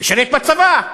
הוא שירת בצבא.